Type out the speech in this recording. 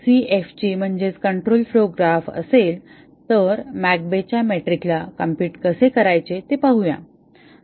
आता जर आपल्याकडे CFG असेल तर मॅककेबच्या मेट्रिक ला कॉम्प्युट कसे करायचे ते पाहूया